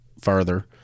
further